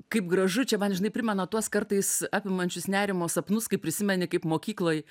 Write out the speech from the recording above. kaip gražu čia man žinai primena tuos kartais apimančius nerimo sapnus kai prisimeni kaip mokykloj